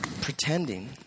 pretending